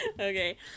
Okay